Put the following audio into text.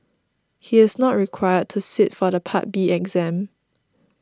he is not required to sit for the Part B exam